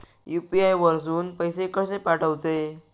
UPI वरसून पैसे कसे पाठवचे?